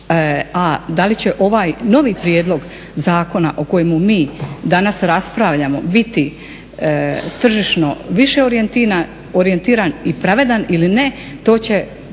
a da li će ovaj novi prijedlog zakona o kojemu mi danas raspravljamo biti tržišno više orijentiran i pravedan ili ne to će